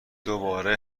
دوباره